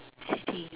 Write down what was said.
city